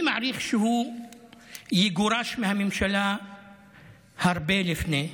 אני מעריך שהוא יגורש מהממשלה הרבה לפני,